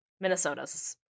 Minnesota's